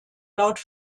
laut